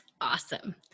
Awesome